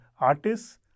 artists